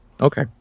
Okay